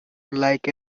like